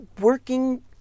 working